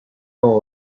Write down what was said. como